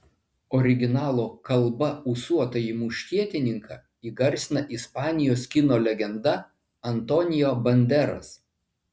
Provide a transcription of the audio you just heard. originalo kalba ūsuotąjį muškietininką įgarsina ispanijos kino legenda antonio banderas